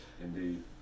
Indeed